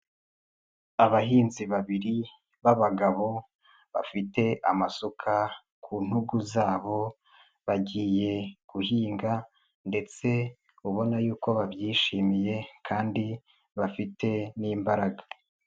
Abahinzi babiri b'abagabo bafite amasuka ku ntugu zabo, bagiye guhinga, ndetse ubona yuko babyishimiye kandi bafite n'imbaraga.